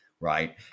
right